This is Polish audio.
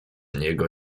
niego